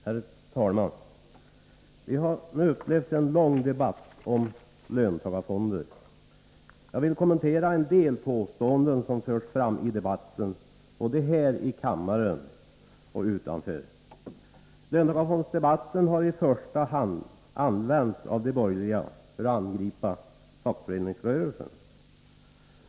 Herr talman! Vi har nu upplevt en lång debatt om löntagarfonderna. Jag vill kommentera en del påståenden som har förts fram i debatten, både här i kammaren och utanför. Löntagarfondsdebatten har i första hand använts av de borgerliga för att angripa fackföreningsrörelsen.